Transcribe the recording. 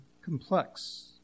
Complex